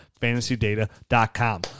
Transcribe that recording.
FantasyData.com